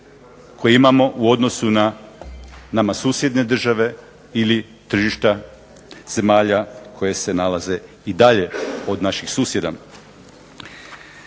koje imamo u odnosu na nama susjedne države ili tržišta zemalja koje se nalaze i dalje od naših susjeda.